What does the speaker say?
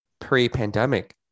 pre-pandemic